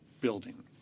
building